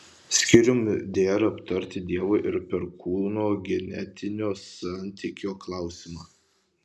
skyrium dera aptarti dievo ir perkūno genetinio santykio klausimą